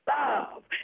Love